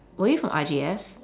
were you from R_G_S